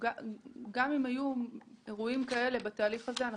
גם אם היו אירועים כאלה בתהליך הזה,